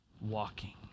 walking